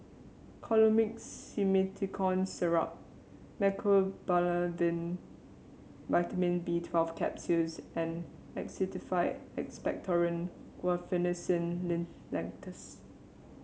Colimix Simethicone Syrup Mecobalamin Vitamin B Twelve Capsules and Actified Expectorant Guaiphenesin Linctus